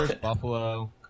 Buffalo